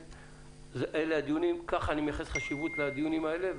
אלה הדיונים, ככה אני מייחס חשיבות לדיונים האלה.